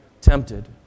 tempted